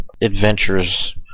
adventures